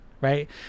right